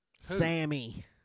Sammy